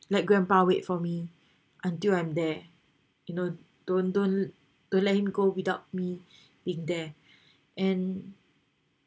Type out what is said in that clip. let grandpa wait for me until I am there you know don't don't don't let him go without me being there and